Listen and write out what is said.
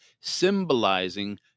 symbolizing